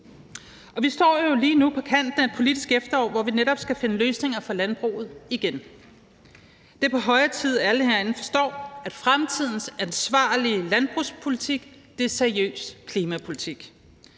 Vi står jo lige nu på kanten af et politisk efterår, hvor vi netop skal finde løsninger for landbruget – igen. Det er på høje tid, at alle herinde forstår, at fremtidens ansvarlige landbrugspolitik er seriøs klimapolitik.